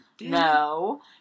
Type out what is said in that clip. No